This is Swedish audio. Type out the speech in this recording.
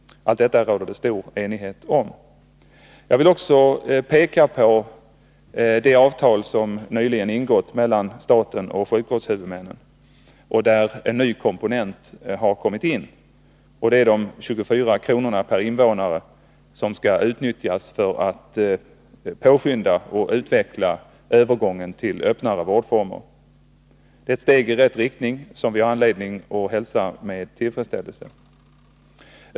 Om allt detta råder stor enighet. Jag vill också peka på det avtal som nyligen har ingåtts mellan staten och sjukvårdshuvudmännen, där en ny komponent har kommit in, nämligen de 24 kr. per invånare som skall utnyttjas för att påskynda och utveckla övergången till öppnare vårdformer. Det är ett steg i rätt riktning, som vi har anledning att hälsa med tillfredsställelse.